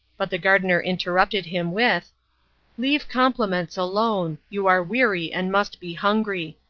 but the gardener interrupted him with leave compliments alone. you are weary and must be hungry.